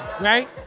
right